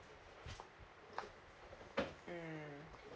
mm